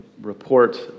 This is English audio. report